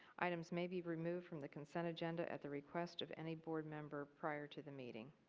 items may be removed from the consent agenda at the request of any board member prior to the meeting.